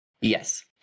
Yes